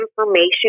information